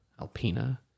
Alpina